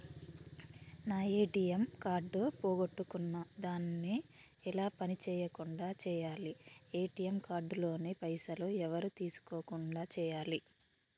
నా ATM card పోగొట్టుకున్నా దాన్ని ఎలా పని చేయకుండా చేయాలి ఏ.టి.ఎమ్ కార్డు లోని పైసలు ఎవరు తీసుకోకుండా చేయాలి?